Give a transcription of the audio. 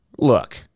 look